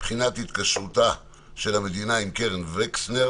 בחינת התקשרותה של המדינה עם קרן וקסנר